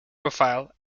profile